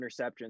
interceptions